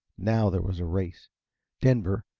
now there was a race denver,